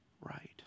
right